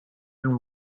and